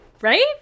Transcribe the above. right